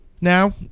now